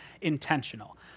Intentional